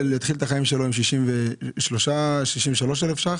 מי שהפקיד את החיסכון בקופת גמל יתחיל את החיים שלו עם 63,000 שקל,